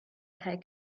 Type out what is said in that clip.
kai